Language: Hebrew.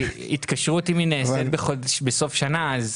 אם התקשרות נעשית בסוף שנה אז